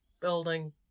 building